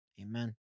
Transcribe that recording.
Amen